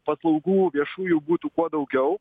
paslaugų viešųjų būtų kuo daugiau